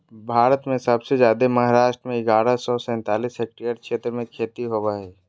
भारत में सबसे जादे महाराष्ट्र में ग्यारह सौ सैंतालीस हेक्टेयर क्षेत्र में खेती होवअ हई